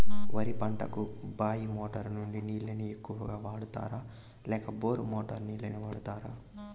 వరి పంటకు బాయి మోటారు నుండి నీళ్ళని ఎక్కువగా వాడుతారా లేక బోరు మోటారు నీళ్ళని వాడుతారా?